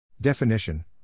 Definition